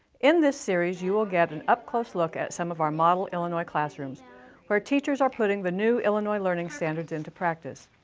in this series, you will get an upclose look at some of our model illinois classrooms where teachers are putting the new illinois learning standards into practice.